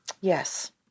Yes